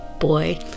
Boy